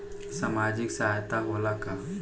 सामाजिक सहायता होला का?